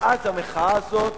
ואז המחאה הזאת